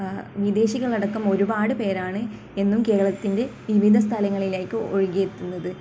വിദേശികളടക്കം ഒരുപാട് പേരാണ് എന്നും കേരളത്തിൻ്റെ വിവിധ സ്ഥലങ്ങളിലേക്ക് ഒഴുകിയെത്തുന്നത്